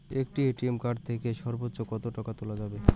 একটি ATM card থেকে সর্বোচ্চ কত টাকা তোলা যাবে?